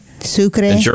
Sucre